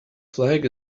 flag